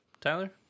Tyler